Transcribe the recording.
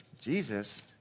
Jesus